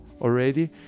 already